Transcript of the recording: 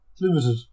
Limited